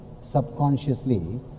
subconsciously